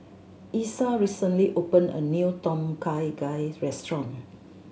Exa recently open a new Tom Kha Gai restaurant